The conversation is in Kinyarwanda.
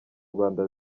rwanda